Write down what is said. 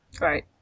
Right